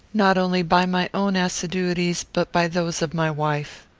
not only by my own assiduities, but by those of my wife.